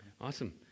Awesome